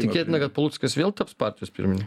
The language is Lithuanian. tikėtina kad paluckas vėl taps partijos pirminin